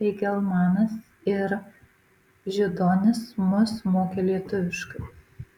feigelmanas ir židonis mus mokė lietuviškai